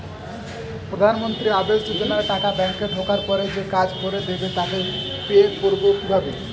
প্রধানমন্ত্রী আবাস যোজনার টাকা ব্যাংকে ঢোকার পরে যে কাজ করে দেবে তাকে পে করব কিভাবে?